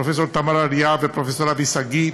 פרופ' תמר אריאב ופרופ' אבי שגיא,